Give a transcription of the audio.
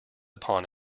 upon